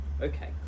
Okay